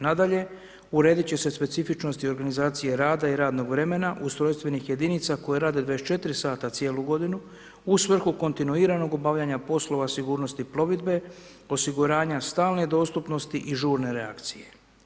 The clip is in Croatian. Nadalje, uredit će se specifičnosti organizacije rada i radnog vremena ustrojstvenih jedinica koja rade 24 sata cijelu godinu u svrhu kontinuiranog obavljanja poslova sigurnosti plovidbe, osiguranja stalne dostupnosti i žurne reakcije.